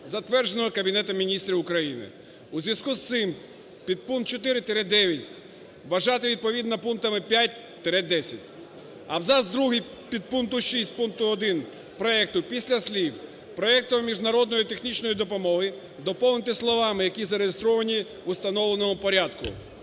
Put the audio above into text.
затвердженого Кабінетом Міністрів України". У зв'язку з цим підпункт 4-9 вважати відповідно пунктами 5-10. Абзац другий підпункту 6 пункту 1 проекту після слів "проектом міжнародної технічної допомоги" доповнити словами "які зареєстровані в установленому порядку".